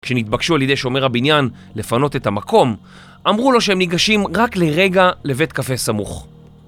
כשנתבקשו על ידי שומר הבניין לפנות את המקום, אמרו לו שהם ניגשים רק לרגע לבית קפה סמוך.